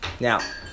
Now